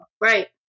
Right